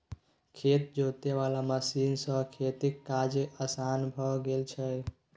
खेत जोते वाला मशीन सँ खेतीक काज असान भए गेल छै